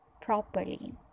properly